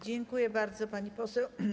Dziękuję bardzo, pani poseł.